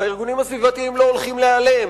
והארגונים הסביבתיים לא הולכים להיעלם,